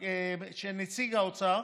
נציג האוצר,